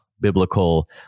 biblical